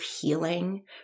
healing